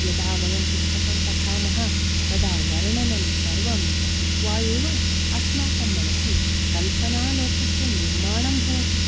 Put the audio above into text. यदा वयं पुस्तकं पठामः तदा वर्णनं सर्वं पठित्वा एव अस्माकं मनसि कल्पना लोकस्य निर्माणं भवति